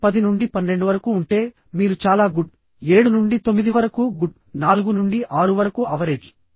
మీరు 10 నుండి 12 వరకు ఉంటే మీరు చాలా గుడ్ 7 నుండి 9 వరకు గుడ్ 4 నుండి 6 వరకు అవరేజ్